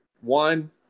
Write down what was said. one